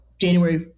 January